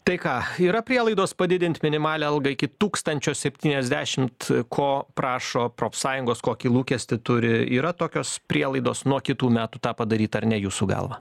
tai ką yra prielaidos padidint minimalią algą iki tūkstančio septyniasdešimt ko prašo profsąjungos kokį lūkestį turi yra tokios prielaidos nuo kitų metų tą padaryt ar ne jūsų galva